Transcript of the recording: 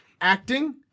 acting